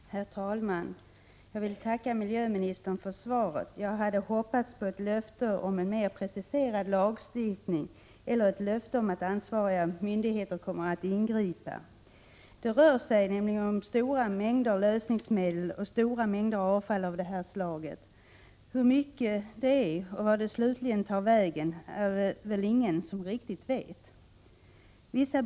Prot. 1986/87:129 Herr talman! Jag vill tacka miljöministern för svaret. 22 maj 1987 Jag hade hoppats på ett löfte om en mer preciserad lagstiftningeler et XX — Om omhändertagande löfte om att ansvariga myndigheter kommer att ingripa. Det rör sig nämligen Ii om stora mängder lösningsmedel och om stora mängder avfall av det här SVUTe lnnehällanae lösningsmedel slaget. Det är väl ingen som riktigt vet hur mycket det är och vart det slutligen tar vägen.